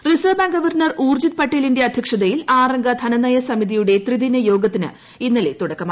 reserve Bank governor Urjit പട്ടേലിന്റെ അദ്ധ്യക്ഷതയിൽ ആറംഗ ധന നയ സമിതിയുടെ ത്രിദിനയോഗത്തിന് ഇന്നലെ തുടക്കമായി